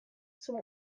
zum